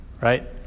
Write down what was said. Right